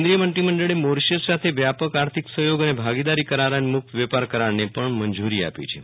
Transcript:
કેન્દ્રીય મંત્રીમંડળે મોરિશિયસસાથે વ્યાપક આર્થિક સહયોગ અને ભાગીદારી કરાર અને મુક્ત વેપાર કરારને પણ મંજૂરી આપીછે